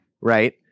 right